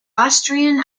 austrian